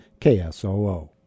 ksoo